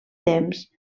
temps